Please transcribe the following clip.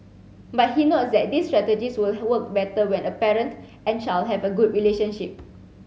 but he notes that these strategies will work better when a parent and child have a good relationship